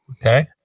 Okay